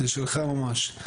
זה שלך ממש.